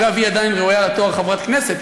אגב, היא עדיין ראויה לתואר חברת כנסת.